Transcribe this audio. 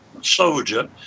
soldier